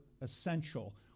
essential